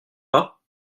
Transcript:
pas